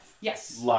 Yes